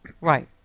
Right